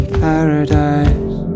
paradise